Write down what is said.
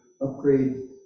upgrade